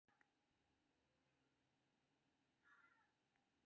युवाक बीच स्वरोजगारक परंपरा बढ़ाबै लेल प्रधानमंत्री मुद्रा ऋण योजना शुरू कैल गेल रहै